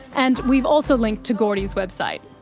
and we've also linked to gordi's website.